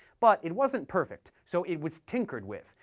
but it wasn't perfect, so it was tinkered with,